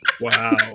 Wow